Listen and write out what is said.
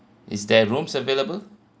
is there rooms available